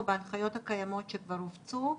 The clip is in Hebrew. בהנחיות הקיימות שכבר הופצו,